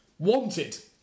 Wanted